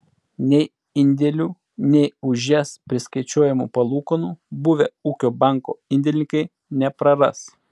nei indėlių nei už jas priskaičiuojamų palūkanų buvę ūkio banko indėlininkai nepraras